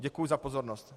Děkuji za pozornost.